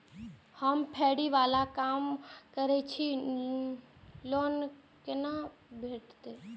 हम फैरी बाला काम करै छी लोन कैना भेटते?